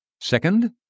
Second